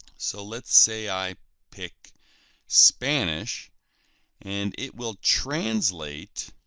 so let's say i pick spanish and it will translate